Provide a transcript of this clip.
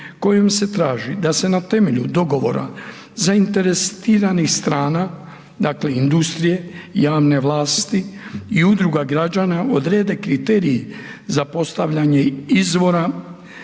kojom se traži da se na temelju dogovora zainteresiranih strana, dakle industrije javne vlasti i udruga građana odrede kriteriji za postavljanje izvora